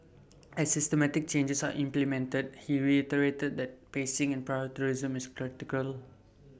as systematic changes are implemented he reiterated that pacing and is critical